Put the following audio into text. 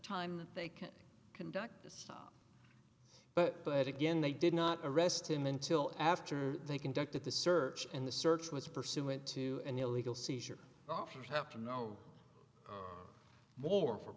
time that they can conduct this but but again they did not arrest him until after they conducted the search in the search was pursuant to an illegal seizure offers have to know more for